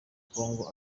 congo